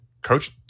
coach